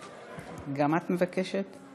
גם את מבקשת?